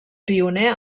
pioner